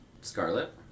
Scarlet